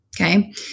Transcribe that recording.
Okay